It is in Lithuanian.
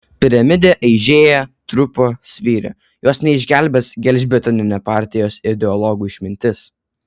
piramidė aižėja trupa svyra jos neišgelbės gelžbetoninė partijos ideologų išmintis